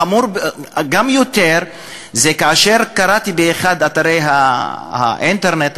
החמור יותר זה שקראתי באחד מאתרי האינטרנט,